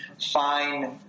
fine